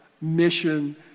mission